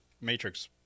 Matrix